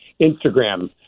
Instagram